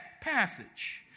passage